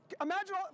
imagine